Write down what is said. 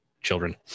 children